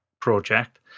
project